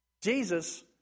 Jesus